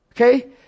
Okay